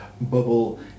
bubble